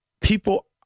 people